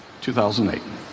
2008